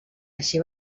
així